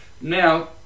Now